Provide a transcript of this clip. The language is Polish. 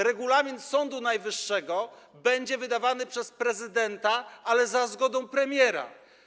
Regulamin Sądu Najwyższego będzie wydawany przez prezydenta, ale za zgodą premiera.